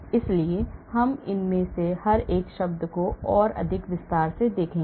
इसलिए हम इनमें से हर एक शब्द को अब और विस्तार से देखेंगे